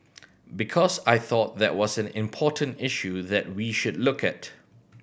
because I thought that was an important issue that we should look at